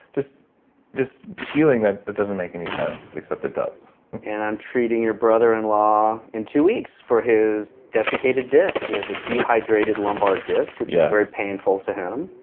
just just healing that that doesn't make any sense except it does and i'm treating your brother-in-law in two weeks for his desiccated disc. he has a dehydrated lumbar disc which is very painful to him.